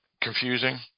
confusing